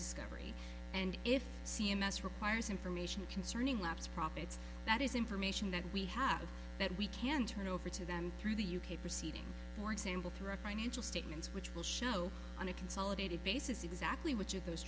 discovery and if c m s requires information concerning lots of profits that is information that we have that we can turn over to them through the u k proceeding for example through a financial statements which will show on a consolidated basis exactly which of those